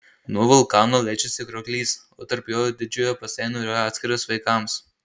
nuo vulkano leidžiasi krioklys o tarp jo ir didžiojo baseino yra atskiras vaikams